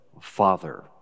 Father